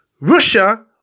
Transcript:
Russia